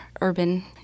urban